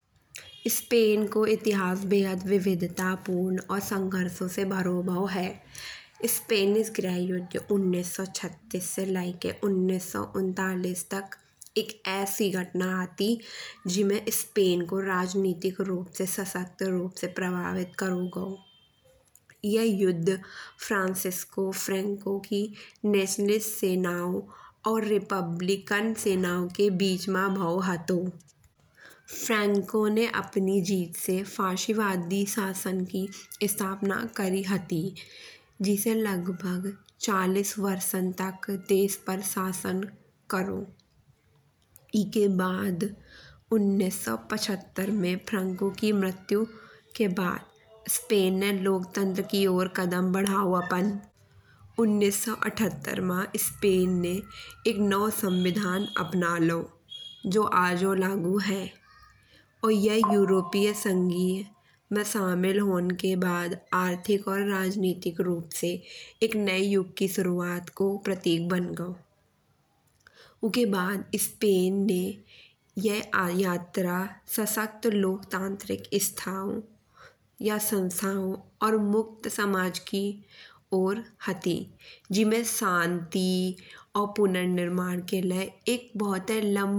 स्पेन को इतिहास बेहद विविधितापूर्ण और संघर्षन से भरो भाव है। स्पेनिस गृहयुद्ध उन्नीस सौ छत्तीस से लैके उन्नीस सौ उन्तालीस तक एक ऐसी घटना हती। जिमे स्पेन को राजनीतिक रूप से सशक्त रूप से प्रभावित करो गाओ। यह युद्ध फ्रांसिस्को फ्रेंको की सेनाओ और रिपब्लिक सेनाओ के बीच मा भाव हतो। फ्रेंको अपनी जीत से फासिस्ट शासन की स्थापना करी हती। जिसे लगभग चालीस वर्षन तक देश पर शासन करो। एके बाद उन्नीस सौ पचहत्तर में फ्रेंको की मृत्यु के बाद स्पेन ने लोकतंत्र की ओर कदम बढ़ाओ अपन। उन्नीस सौ अठ्ठत्तर मा स्पेन ने एक नाओ संविधान अपना लाओ। जो अजउ लागू है। और यह यूरोपीय संघिए में शामिल होने के बाद आर्थिक और राजनीतिक रूप से एक नये युग की शुरुआत को प्रतीक बन गाओ। के बाद स्पेन ने यह यात्रा सशक्त लोकतांत्रिक और मुक्त समाज की ओर हती। जिमे शांति और पुनर्निर्माण के लाये एक भोताई लंबा टाइम तक संघर्ष करो हतो।